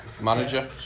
Manager